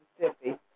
Mississippi